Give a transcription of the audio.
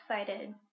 excited